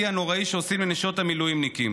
הנוראי שעושים לנשות המילואימניקים,